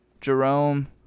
Jerome